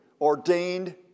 ordained